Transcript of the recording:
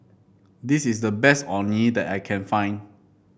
this is the best Orh Nee that I can find